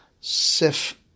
Sif